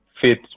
fit